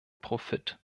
profit